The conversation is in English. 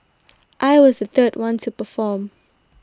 I was the third one to perform